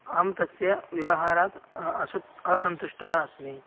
अहं तस्य व्यवहारात् असु असन्तुष्टः अस्मि